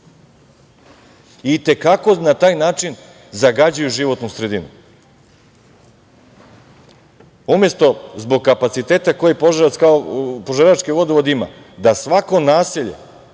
I te kako na taj način zagađuju životnu sredinu. Umesto zbog kapaciteta koji požarevački vodovod ima, da svako naselje